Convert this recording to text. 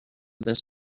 this